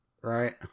right